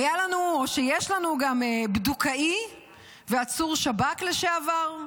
היה לנו או שיש לנו גם בדוקאי ועצור שב"כ לשעבר,